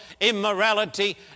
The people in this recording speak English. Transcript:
immorality